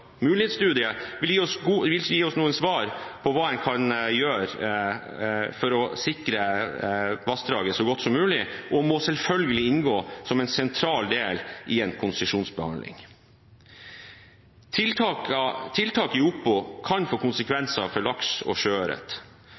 Mulighetsstudiet vil gi oss noen svar på hva man kan gjøre for å sikre vassdraget så godt som mulig, og må selvfølgelig inngå som en sentral del i en konsesjonsbehandling. Tiltak i Opo kan få konsekvenser for laks og